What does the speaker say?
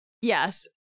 Yes